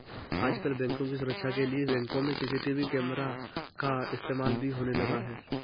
आजकल बैंकों की सुरक्षा के लिए बैंकों में सी.सी.टी.वी कैमरा का इस्तेमाल भी होने लगा है